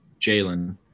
Jalen